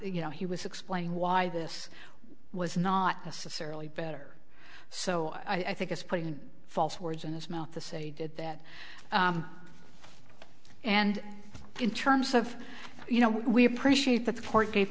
you know he was explaining why this was not necessarily better so i think it's putting false words in his mouth to say did that and in terms of you know we appreciate that the court gave